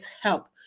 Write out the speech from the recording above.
help